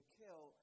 kill